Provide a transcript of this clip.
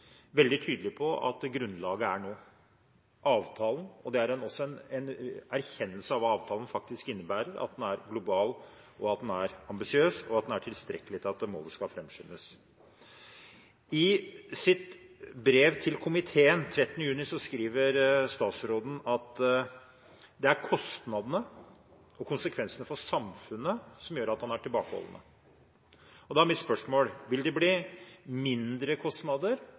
veldig tydelig på at grunnlaget nå er avtalen, og det er også en erkjennelse av hva avtalen faktisk innebærer, at den er global, at den er ambisiøs, og at den er tilstrekkelig til at målet skal framskyndes. I sitt brev til komiteen den 13. juni skriver statsråden at det er kostnadene og konsekvensene for samfunnet som gjør at han er tilbakeholden. Da er mitt spørsmål: Vil det bli mindre kostnader